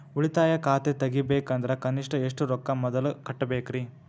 ಉಳಿತಾಯ ಖಾತೆ ತೆಗಿಬೇಕಂದ್ರ ಕನಿಷ್ಟ ಎಷ್ಟು ರೊಕ್ಕ ಮೊದಲ ಕಟ್ಟಬೇಕ್ರಿ?